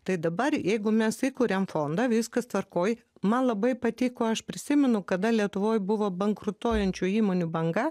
tai dabar jeigu mes įkuriam fondą viskas tvarkoj man labai patiko aš prisimenu kada lietuvoj buvo bankrutuojančių įmonių banga